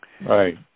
Right